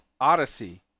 odyssey